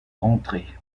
rentrer